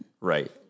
Right